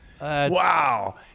Wow